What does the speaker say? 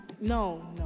No